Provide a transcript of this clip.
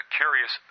curious